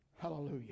Hallelujah